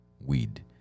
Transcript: weed